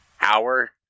hour